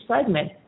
segment